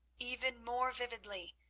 even more vividly,